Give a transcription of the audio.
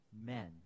men